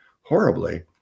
horribly